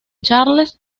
charles